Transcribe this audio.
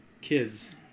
kids